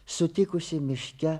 sutikusi miške